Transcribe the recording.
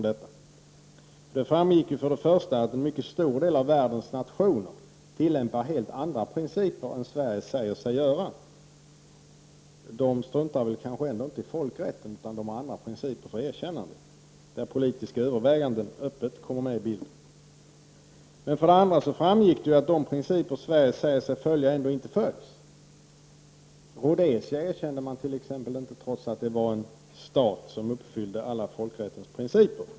Det framgick för det första att en mycket stor del av världens nationer tilllämpar helt andra principer än Sverige säger sig göra. De struntar väl ändå inte i folkrätten, utan de har andra principer för erkännande, där politiska överväganden öppet kommer med i bilden. För det andra framgick det att de principer Sverige säger sig följa ändå inte följs. Rhodesia erkände man t.ex. inte, trots att det var en stat som uppfyllde alla folkrättens principer.